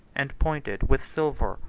and pointed with silver,